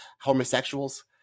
homosexuals